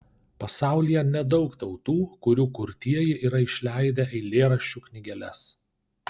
pasaulyje nedaug tautų kurių kurtieji yra išleidę eilėraščių knygeles